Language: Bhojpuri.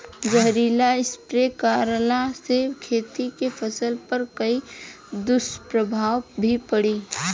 जहरीला स्प्रे करला से खेत के फसल पर कोई दुष्प्रभाव भी पड़ी?